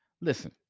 Listen